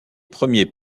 premiers